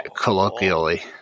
colloquially